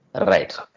Right